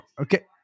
Okay